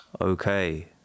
okay